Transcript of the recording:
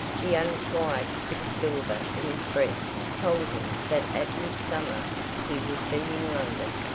the unquiet quicksilver in his breast told him that at midsummer he would be in london.